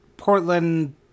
Portland